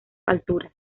alturas